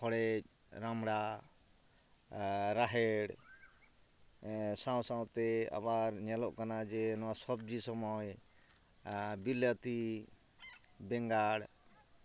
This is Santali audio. ᱦᱚᱲᱮᱡ ᱨᱟᱢᱲᱟ ᱨᱟᱦᱮᱲ ᱥᱟᱶ ᱥᱟᱶᱛᱮ ᱟᱵᱟᱨ ᱧᱮᱞᱚᱜ ᱠᱟᱱᱟᱱ ᱡᱮ ᱱᱚᱣᱟ ᱥᱚᱵᱽᱡᱤ ᱥᱚᱢᱚᱭ ᱵᱤᱞᱟ ᱛᱤ ᱵᱮᱸᱜᱟᱲ